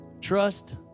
trust